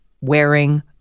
wearing